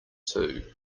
too